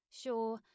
Sure